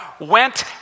went